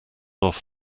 off